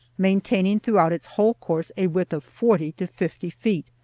maintaining throughout its whole course a width of forty to fifty feet.